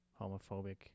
homophobic